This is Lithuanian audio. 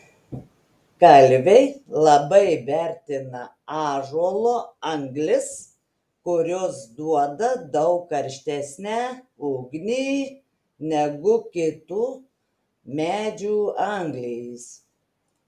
kalviai labai vertina ąžuolo anglis kurios duoda daug karštesnę ugnį negu kitų medžių anglys